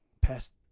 past